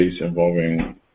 involving